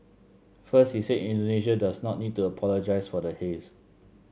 first he said Indonesia does not need to apologise for the haze